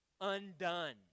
undone